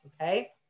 okay